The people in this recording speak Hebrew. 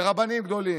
לרבנים גדולים,